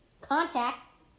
Contact